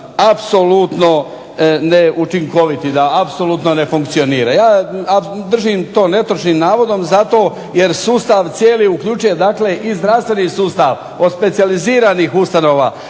apsolutno neučinkovit i da apsolutno ne funkcionira. Ja držim to netočnim navodom zato jer sustav cijeli uključuje dakle i zdravstveni sustav, od specijaliziranih ustanova